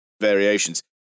variations